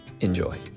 Enjoy